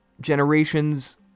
Generations